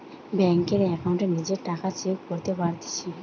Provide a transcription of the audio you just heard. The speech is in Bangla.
বেংকের একাউন্টে নিজের টাকা চেক করতে পারতেছি